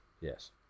Yes